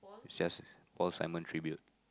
recessive all Simon Tribute